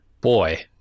boy